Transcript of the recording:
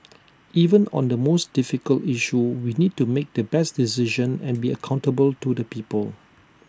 even on the most difficult issue we need to make the best decision and be accountable to the people